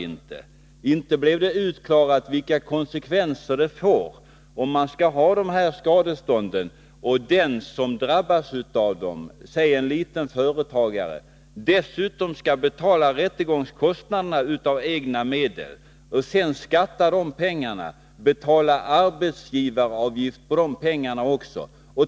Inte blev det utklarat vilka konsekvenser det får om Nr 113 man skall ha det här skadeståndet och om den som drabbas, låt oss säga en Torsdagen den småföretagare, dessutom skall betala rättegångskostnaderna av egna medel, 7 april 1983 skattade pengar, och också betala arbetsgivaravgifter av egna medel.